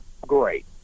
great